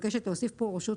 (תיקון שהוסף על ידי הקוראת.